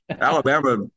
Alabama